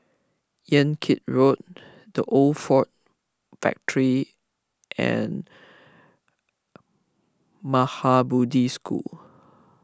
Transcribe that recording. Yan Kit Road the Old Ford Factor and Maha Bodhi School